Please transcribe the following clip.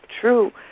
true